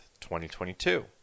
2022